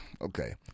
Okay